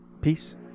Peace